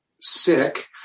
sick